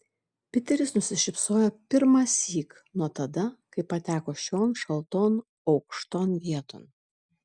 piteris nusišypsojo pirmąsyk nuo tada kai pateko šion šalton aukšton vieton